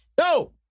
No